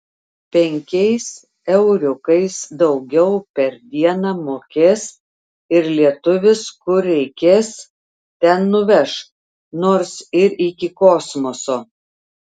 penkiais euriukais daugiau per dieną mokės ir lietuvis kur reikės ten nuveš nors ir iki kosmoso